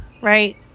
right